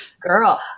Girl